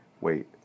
wait